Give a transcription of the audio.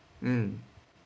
mm